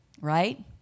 right